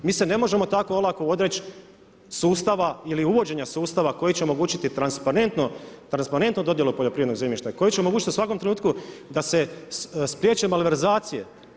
Mi se ne možemo tako olako odreći sustava ili uvođenja sustava koji će omogućiti transparentnu dodjelu poljoprivrednog zemljišta koji će omogućiti u svakom trenutku da se spriječe malverzacije.